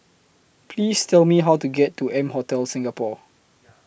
Please Tell Me How to get to M Hotel Singapore